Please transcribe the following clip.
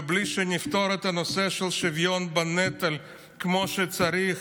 ומבלי שנפתור את נושא השוויון בנטל כמו שצריך,